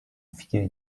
vier